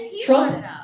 Trump